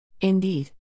Indeed